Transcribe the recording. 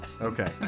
Okay